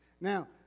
Now